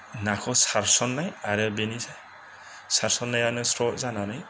नाखौ सारस'न्नाय आरो बेनि सारस'न्नायानो स्र' जानानै